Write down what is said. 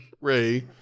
Ray